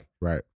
Right